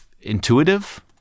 intuitive